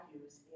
use